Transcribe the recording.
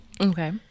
Okay